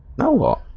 know what